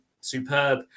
superb